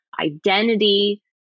identity